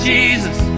Jesus